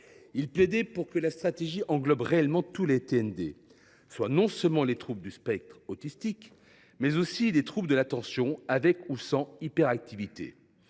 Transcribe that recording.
Ils plaidaient pour que la stratégie vise tous les TND, non seulement les troubles du spectre autistique, mais aussi les troubles de l’attention avec ou sans hyperactivité,